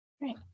right